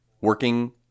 working